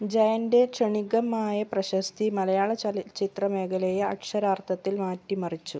ജയൻ്റെ ക്ഷണികമായ പ്രശസ്തി മലയാള ചലച്ചിത്രമേഖലയെ അക്ഷരാർത്ഥത്തിൽ മാറ്റിമറിച്ചു